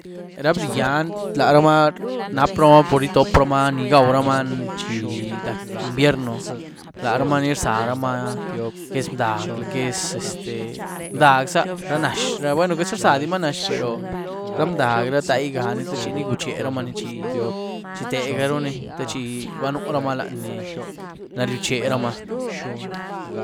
Ra bdigyián, laramaa napramaa pur itopramaa ni gwauramaa chi rac´ invierno, laramaa ni rzaramaa lo que es mdahg, lo que es este mdahg záh, ra nazh, bueno queityza rzadimaa na zh pero ra mdahg, ra ndaiganí techi ichucherumaní chi-chi tegaruní techi banuramaa lany-lany lad ryiucherama.